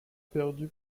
perdu